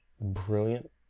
brilliant